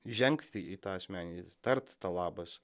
žengt į tą asmeninį tart tą labas